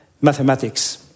mathematics